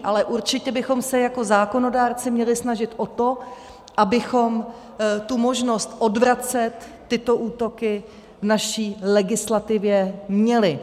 Ale určitě bychom se jako zákonodárci měli snažit o to, abychom tu možnost odvracet tyto útoky v naší legislativě měli.